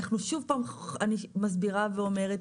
אני שוב מסבירה ואומרת,